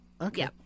Okay